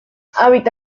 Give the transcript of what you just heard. habita